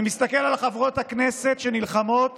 אני מסתכל על חברות הכנסת שנלחמות